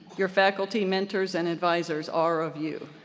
your faculty mentors and advisors are of you.